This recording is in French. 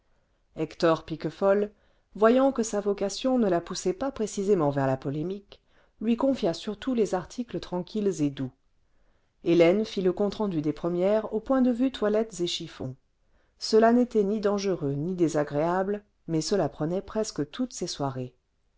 hector piquefol voyant que sa vocation ne la poussait pas précisément vers la polémique lui confia surtout les articles tranquilles et doux hélène fit le compte rendu des premières au point de vue toilettes et chiffons cela n'était ni dangereux ni désagréable mais cela prenait presque toutes ses soirées